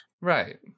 Right